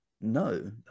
No